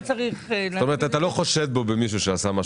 זאת אומרת, אתה לא חושד במישהו שעשה משהו.